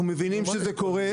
אנחנו מבינים שזה קורה,